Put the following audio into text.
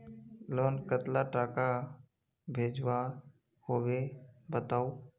Loan कतला टाका भेजुआ होबे बताउ?